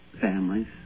families